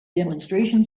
demonstration